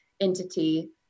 entity